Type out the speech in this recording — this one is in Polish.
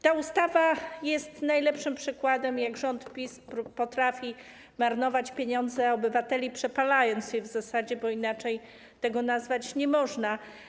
Ta ustawa jest najlepszym przykładem tego, jak rząd PiS potrafi marnować pieniądze obywateli, przepalając je w zasadzie, bo inaczej tego nazwać nie można.